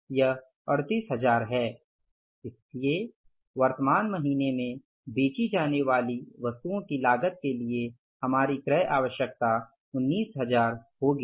यह 38000 है इसलिए वर्तमान महीने में बेची जाने वाली वस्तुओं की लागत के लिए हमारी क्रय आवश्यकता 19000 होगी